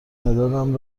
مدادم